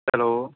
hello